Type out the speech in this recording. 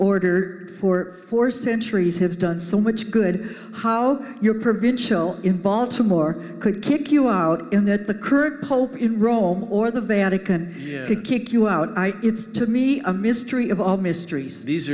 ordered for four centuries have done so much good how your per been chel in baltimore could kick you out in that the current pope in rome or the bad it can kick you out it's to me a mystery of all mysteries these